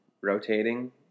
rotating